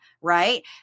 Right